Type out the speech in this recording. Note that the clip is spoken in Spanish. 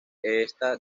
esta